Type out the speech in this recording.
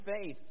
faith